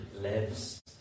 lives